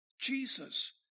Jesus